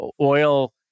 oil